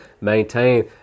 maintain